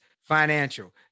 Financial